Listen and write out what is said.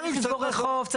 צריך לסגור רחוב.